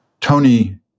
Tony